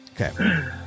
okay